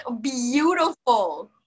beautiful